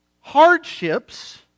hardships